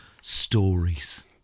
stories